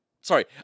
Sorry